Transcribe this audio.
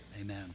Amen